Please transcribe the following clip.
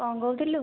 କଣ କହୁଥିଲୁ